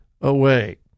away